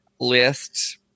list